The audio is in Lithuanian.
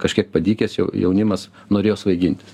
kažkiek padykęs jau jaunimas norėjo svaigintis